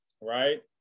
right